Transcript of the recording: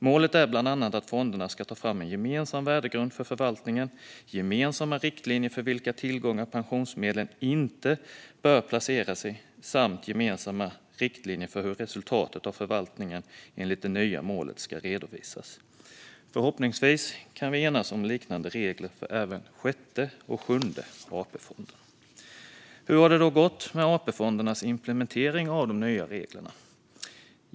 Målet är bland annat att fonderna ska ta fram en gemensam värdegrund för förvaltningen, gemensamma riktlinjer för vilka tillgångar pensionsmedlen inte bör placeras i samt gemensamma riktlinjer för hur resultatet av förvaltningen enligt det nya målet ska redovisas. Förhoppningsvis kan vi enas om liknande regler även för Sjätte och Sjunde AP-fonden. Hur har det då gått med AP-fondernas implementering av de nya reglerna?